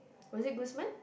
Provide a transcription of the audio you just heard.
was it Guzman